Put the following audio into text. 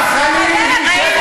הלוואי,